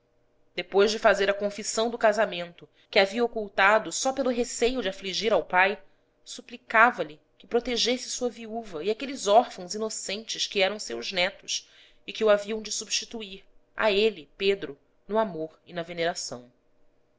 depois de fazer a confissão do casamento que havia ocultado só pelo receio de afligir ao pai suplicava lhe que protegesse sua viúva e aqueles órfãos inocentes que eram seus netos e que o haviam de substituir a ele pedro no amor e na veneração